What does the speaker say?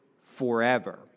forever